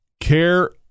care